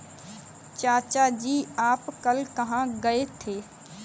चाचा जी आप कल कहां गए थे?